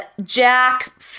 Jack